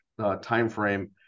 timeframe